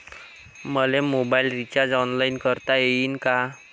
मले mobile recharge online करता येईन का?